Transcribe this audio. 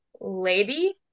Lady